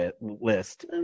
list